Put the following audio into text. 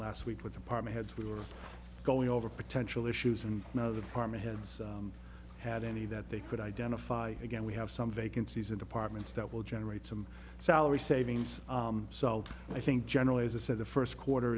last week with department heads we were going over potential issues and now the partner heads had any that they could identify again we have some vacancies in departments that will generate some salary savings so i think generally as i said the first quarter